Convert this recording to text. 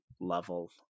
level